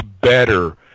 better